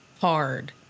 hard